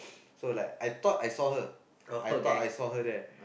so like I thought I saw her I thought I saw her there